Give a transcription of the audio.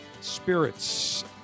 spirits